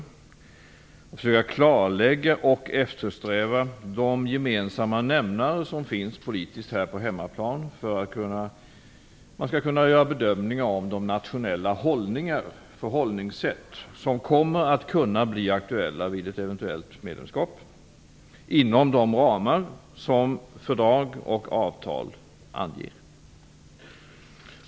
Jag söker och eftersträvar ett klarläggande av de politiska gemensamma nämnare som finns här på hemmaplan för att man skall kunna göra en bedömning av de nationella förhållningssätt som kommer att kunna bli aktuella vid ett eventuellt medlemskap inom de ramar som fördrag och avtal anger.